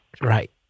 right